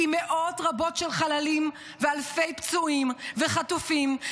עם מאות רבות של חללים ואלפי פצועים וחטופים,